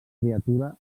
criatura